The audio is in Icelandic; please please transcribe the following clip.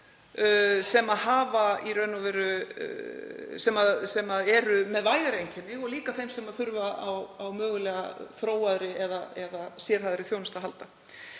sem eru með vægari einkenni og líka þeim sem þurfa mögulega á þróaðri eða sérhæfðri þjónustu að halda.